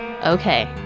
Okay